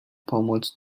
pomoc